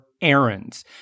errands